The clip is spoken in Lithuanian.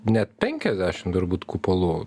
net penkiasdešim turbūt kupolų